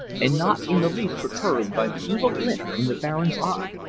and not in the least perturbed by the evil glint in the baron's eye.